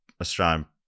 Australian